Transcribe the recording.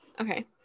okay